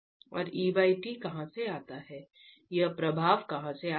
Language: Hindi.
और ईटी कहां से आता है यह प्रभाव कहां से आता है